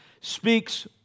speaks